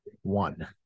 one